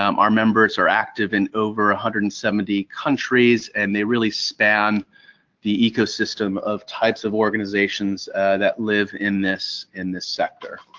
um our members are active in over one ah hundred and seventy countries and they really span the ecosystem of types of organizations that live in this in this sector.